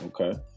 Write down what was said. Okay